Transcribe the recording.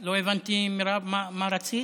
לא הבנתי, מרב, מה רצית?